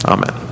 Amen